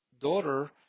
daughter